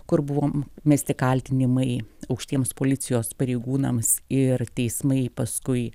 kur buvom mesti kaltinimai aukštiems policijos pareigūnams ir teismai paskui